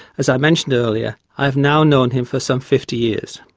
as i mentioned earlier, i have now known him for some fifty years.